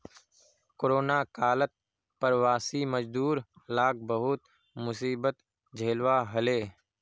corona कालत प्रवासी मजदूर लाक बहुत मुसीबत झेलवा हले